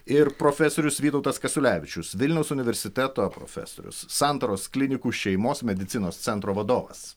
ir profesorius vytautas kasiulevičius vilniaus universiteto profesorius santaros klinikų šeimos medicinos centro vadovas